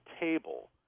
table